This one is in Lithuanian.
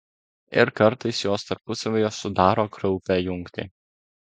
ir kartais jos tarpusavyje sudaro kraupią jungtį